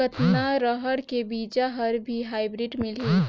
कतना रहर के बीजा हर भी हाईब्रिड मिलही?